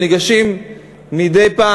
אלה שניגשים מדי פעם,